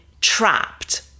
trapped